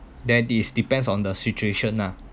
that is depends on the situation lah